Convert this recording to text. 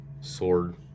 sword